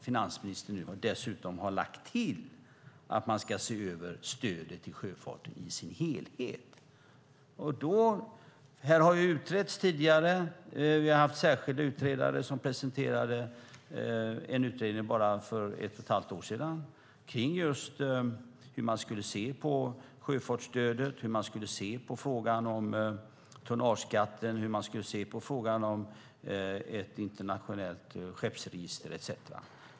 Finansministern har nu dessutom lagt till att man ska se över stödet till sjöfarten i sin helhet. Här har det utretts tidigare. Vi har haft en särskild utredare som presenterade en utredning för bara ett och ett halvt år sedan just om hur man skulle se på sjöfartsstödet, hur man skulle se på frågan om tonnageskatten, hur man skulle se på frågan om ett internationellt skeppsregister etcetera.